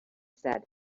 said